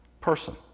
person